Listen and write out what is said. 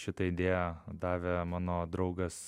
šitą idėją davė mano draugas